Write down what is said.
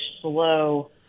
slow